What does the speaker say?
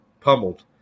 pummeled